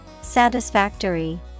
Satisfactory